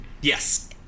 Yes